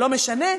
לא משנה.